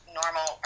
normal